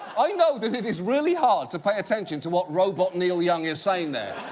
i know that it is really hard to pay attention to what robot neil young is saying there,